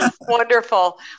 wonderful